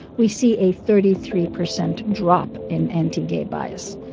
we see a thirty three percent drop in anti-gay bias.